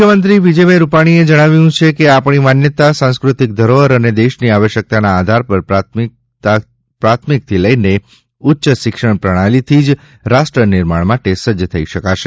મુખ્યમંત્રી શ્રી વિજયભાઇ રૂપાણીએ જણાવ્યું કે આપણી માન્યતા સાંસ્કૃતિક ધરોહર અને દેશની આવશ્યકતાના આધાર પર પ્રાથમિકથી લઇને ઉચ્ય શિક્ષા પ્રણાલિથી જ રાષ્ટ્રનિર્માણ માટે સજ્જ થઇ શકાશે